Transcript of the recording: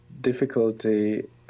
difficulty